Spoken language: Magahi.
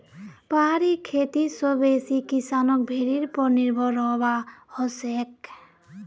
पहाड़ी खेती स बेसी किसानक भेड़ीर पर निर्भर रहबा हछेक